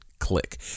Click